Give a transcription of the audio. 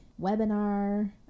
webinar